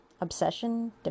Obsession